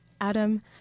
Adam